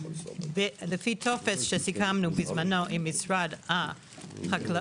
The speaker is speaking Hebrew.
ולפי טופס שסיכמנו בזמנו עם משרד החקלאות,